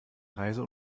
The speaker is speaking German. reise